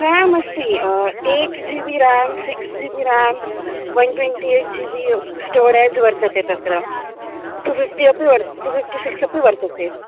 RAM अस्ति eight G B RAM six G B RAM one twenty eight G B storage वर्तते तत्र two fifty अपि वर् two fifty six अपि वर्तते